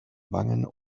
wangen